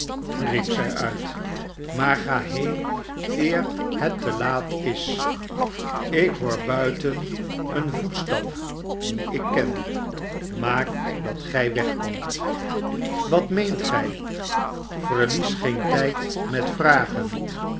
uit maar ga heen eer het te laat is ik hoor buiten barnaby rudge barnaby en grip voetstap dien ik ken maak dat gij weg komt wat meent gij verlies geen tijd met vragen